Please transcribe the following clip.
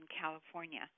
California